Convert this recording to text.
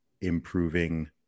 improving